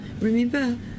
Remember